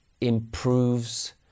improves